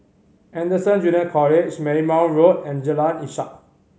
Anderson Junior College Marymount Road and Jalan Ishak